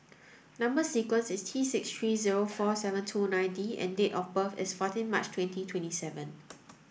number sequence is T six three zero four seven two nine D and date of birth is fourteen March twenty twenty seven